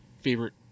favorite